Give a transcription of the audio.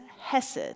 hesed